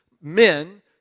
men